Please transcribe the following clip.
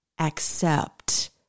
accept